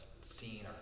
seen